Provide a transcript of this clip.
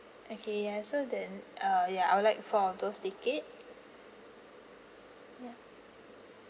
okay ya so then uh ya I would like four of those ticket ya